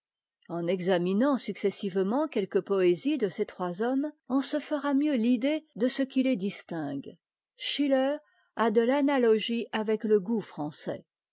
en examinant successivement quelques poésies de ces trois hommes on se fera mieux l'idée de ce qui les distingue schiher a del'analogie avec le goût français